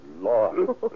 Lord